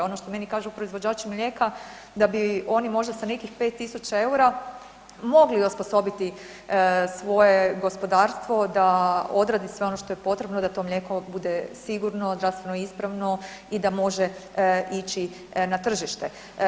Ono što meni kažu proizvođači mlijeka da bi oni možda sa nekih 5.000 EUR-a mogli osposobiti svoje gospodarstvo da odradi sve ono što je potrebno da to mlijeko bude sigurno, zdravstveno ispravno i da može ići na tržište.